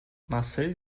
marcel